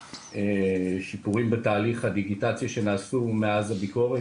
שיפורים בתהליך הדיגיטציה שנעשו מאז הביקורת.